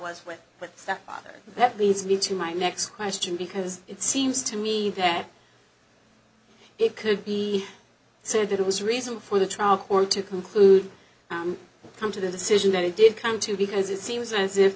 was with what stepfather that leads me to my next question because it seems to me that it could be said that it was reason for the trial court to conclude come to the decision that he did come to because it seems as if